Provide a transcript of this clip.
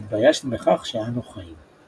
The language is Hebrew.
התביישנו בכך שאנו חיים".